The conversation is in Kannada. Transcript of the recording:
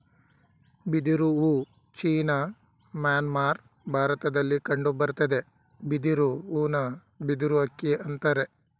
ಬಿದಿರು ಹೂ ಚೀನಾ ಮ್ಯಾನ್ಮಾರ್ ಭಾರತದಲ್ಲಿ ಕಂಡುಬರ್ತದೆ ಬಿದಿರು ಹೂನ ಬಿದಿರು ಅಕ್ಕಿ ಅಂತರೆ